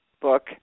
book